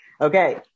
Okay